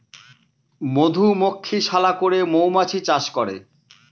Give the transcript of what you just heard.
মধুমক্ষিশালা করে মৌমাছি চাষ করে